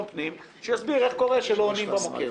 פנים שיסביר איך קורה שלא עונים במוקד.